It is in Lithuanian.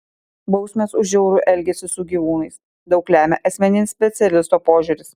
bausmės už žiaurų elgesį su gyvūnais daug lemia asmeninis specialisto požiūris